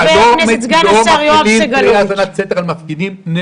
סגן השר יואב סגלוביץ', בבקשה.